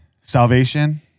salvation